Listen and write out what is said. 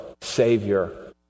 Savior